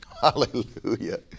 Hallelujah